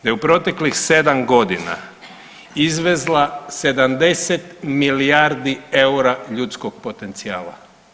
Da je u proteklih 7 godina izvezla 70 milijardi eura ljudskog potencijala.